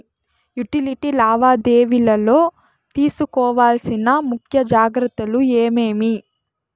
Utility లావాదేవీల లో తీసుకోవాల్సిన ముఖ్య జాగ్రత్తలు ఏమేమి?